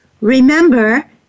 Remember